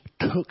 took